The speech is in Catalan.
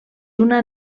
una